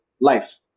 life